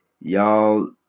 y'all